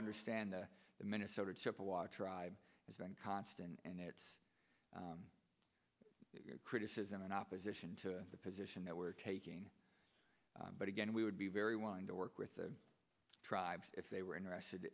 understand the minnesota chippewa tribe has been constant and it's your criticism and opposition to the position that we're taking but again we would be very willing to work with the tribes if they were interested